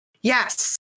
Yes